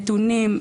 נתונים,